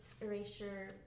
erasure